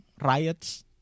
riots